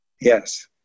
yes